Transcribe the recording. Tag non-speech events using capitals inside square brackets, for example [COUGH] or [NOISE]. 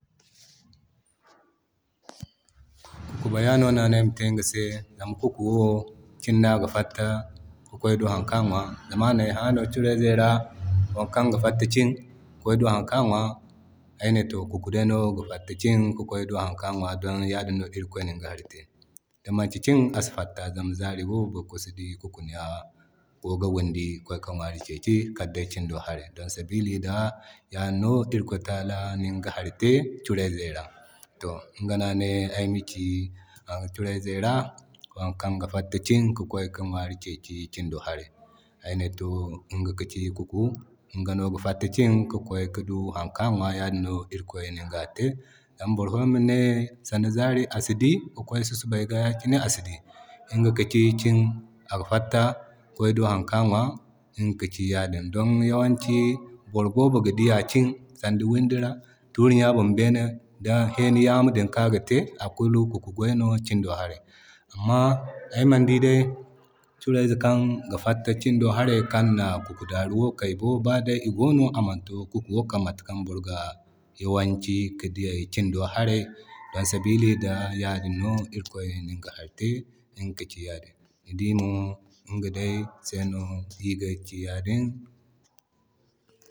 [NOISE] Kuku bayano no ane ayma te iŋga se. Zama kuku wo cini no aga fatta ka kway ki do harkan a ŋwa, zama anay hano no curay zey ra wokan ga fatta cin ka du hankan a ŋwa, ay to kuku day no ga fatta cin ki du hankan a ŋwa don ya din day no irikoy ni ŋga hari te, di manti cin asi fatta zama zari wo borofo si di kuku go ga windi ka kway ka ŋwari keki. Kal day kin do haray, don sabili da yaadin no irikoy ta ala na ŋga hari te cureyze ra. To iga no ane ayma ci cureyze ra wokan ga fatta cin ki koy ki do ŋwari keki ciindo hara. I ne to ŋga ka ci ku iga no ga fatta cin ka kway ka do harikaŋ a ŋwa zama yafin no irikoy na te. Zama boro foyaŋ ga ne sande asi dii zari ki kway susubay ga asi dii ŋga ka ci ciin aga fatta ki kway ki do hari kan a ŋwa ŋga ka ci yadin. Don yawanci boro boobo ga diya ciin sanda wundi ra wala turiɲa bon bene di heni yama kan aga te akulu kuku gway no kindo haray. Amma ayma di curayze kan ga fatta ciin do harey kan na kuku daru, baday igono amanto kuku wo kay mata kan boro yawanci ki dii yayi kindo do haray don sabilin da yadin no irikoy ni iga hari te ŋga ka ci yaa din, ni dimo ŋga se no iriga ci yaadin [NOISE]